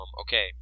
Okay